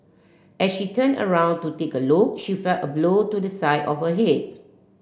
as she turned around to take a look she felt a blow to the side of her head